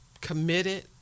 committed